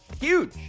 Huge